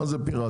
מה זה פיראטי?